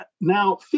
now